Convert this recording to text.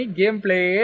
gameplay